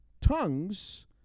tongues